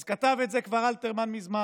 אז כתב את זה כבר אלתרמן מזמן,